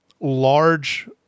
large